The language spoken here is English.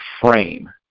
frame